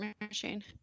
machine